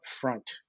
front